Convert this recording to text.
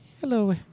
Hello